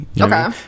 Okay